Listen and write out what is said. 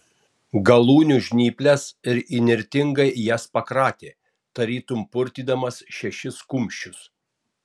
galūnių žnyples ir įnirtingai jas pakratė tarytum purtydamas šešis kumščius